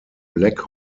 black